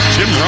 Jim